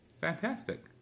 Fantastic